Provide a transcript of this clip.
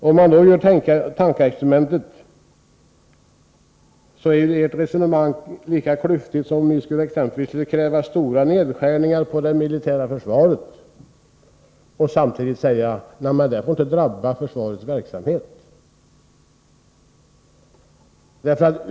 Om man gör ett tankeexperiment, är ert resonemang lika klyftigt som om ni exempelvis skulle kräva stora nedskärningar i fråga om det militära försvaret och samtidigt förklara att det inte får drabba försvarets verksamhet.